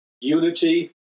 unity